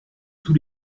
tous